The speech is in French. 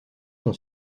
son